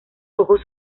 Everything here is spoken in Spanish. ojos